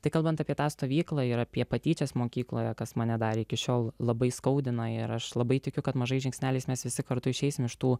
tai kalbant apie tą stovyklą ir apie patyčias mokykloje kas mane darė iki šiol labai skaudina ir aš labai tikiu kad mažais žingsneliais mes visi kartu išeisim iš tų